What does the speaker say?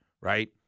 right